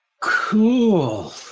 Cool